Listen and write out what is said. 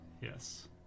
Yes